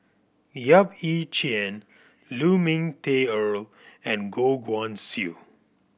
Yap Ee Chian Lu Ming Teh Earl and Goh Guan Siew